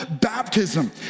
baptism